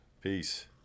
Peace